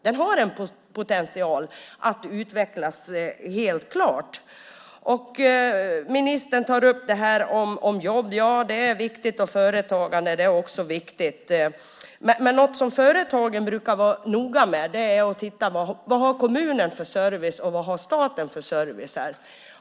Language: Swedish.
Den har helt klart en potential att utvecklas. Ministern tar upp detta med jobb, som är viktigt, och företagande, som också är viktigt. Men något som företagen brukar vara noga med är att titta på vad kommunen och även staten har för service på orten.